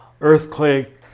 earthquake